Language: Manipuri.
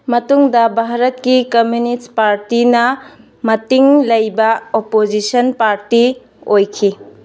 ꯃꯇꯨꯡꯗ ꯚꯥꯔꯠꯀꯤ ꯀꯝꯃꯨꯅꯤꯁ ꯄꯥꯔꯇꯤꯅ ꯃꯇꯤꯡ ꯂꯩꯕ ꯑꯣꯄꯣꯖꯤꯁꯟ ꯄꯥꯔꯇꯤ ꯑꯣꯏꯈꯤ